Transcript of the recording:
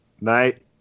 Night